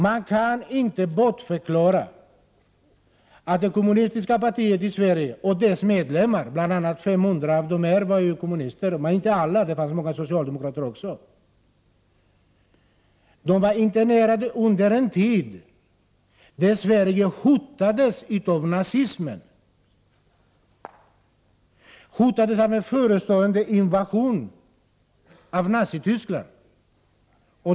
Man kan inte bortförklara att det kommunistiska partiet i Sverige och dess medlemmar — 500 av de internerade var kommunister, men många var 121 socialdemokrater — internerades under en tid då Sverige hotades av nazismen, hotades av en förestående invasion av Nazityskland.